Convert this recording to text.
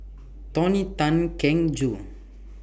Tony Tan Keng Joo